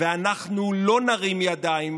ואנחנו לא נרים ידיים,